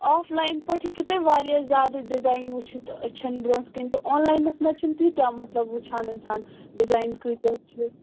of line پٲٹھۍ ہیٚکِو تُہۍ واریاہ زیادٕ ڈِزایِن وُچھِتھ أچھن برٛونٛٹھ کَنہِ تہٕ آن لاینَس منٛز چھِنہٕ تیٖتیٛاہ مطلب وُچھان اِنسان ڈِزایِن کۭتیٛاہ چھِ